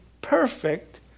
perfect